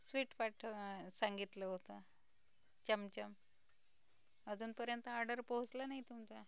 sweet पाठवाय सांगितलं होतं चमचम अजूनपर्यंत ऑर्डर पोहोचला नाही तुमचा